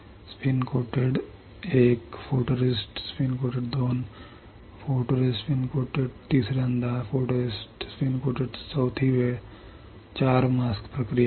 spin लेपित 1 photoresist spin लेपित 2 photoresist spin लेपित तिसऱ्यांदा फोटोरिस्टिस्ट स्पिन लेपित चौथी वेळ 4 मास्क प्रक्रिया